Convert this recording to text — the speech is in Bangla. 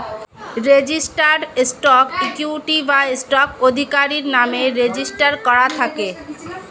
রেজিস্টার্ড স্টক ইকুইটি বা স্টক আধিকারির নামে রেজিস্টার করা থাকে